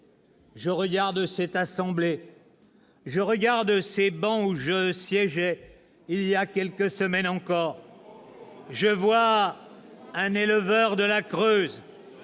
Je regarde cette assemblée, je regarde ces bancs où je siégeais il y a quelques semaines encore. » N'importe quoi !« Je vois un éleveur de la Creuse,